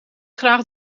graag